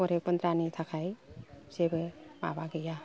गरिब गुन्द्रानि थाखाय जेबो माबा गैया